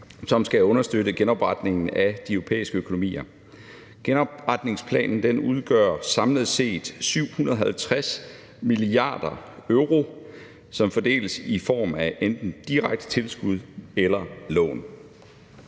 som skal understøtte genopretningen af de europæiske økonomier. Genopretningsplanen udgør samlet set 750 mia. euro, som fordeles i form af enten direkte tilskud eller lån.